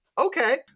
okay